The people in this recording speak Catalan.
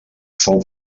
fou